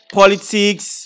politics